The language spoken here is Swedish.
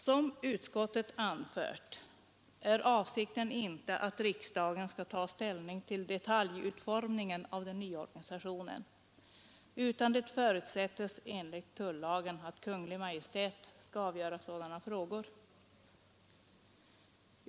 Som utskottet anfört är avsikten inte att riksdagen skall ta ställning till detaljutformningen av den nya organisationen, utan förutsätts enligt tullagen att Kungl. Maj:t skall avgöra sådana frågor.